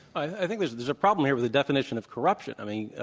i think there's there's a problem here with the definition of corruption. i mean,